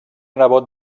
nebot